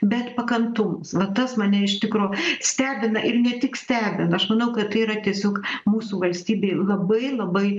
bet pakantumas va tas mane iš tikro stebina ir ne tik stebina aš manau kad tai yra tiesiog mūsų valstybei labai labai